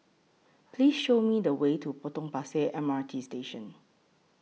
Please Show Me The Way to Potong Pasir M R T Station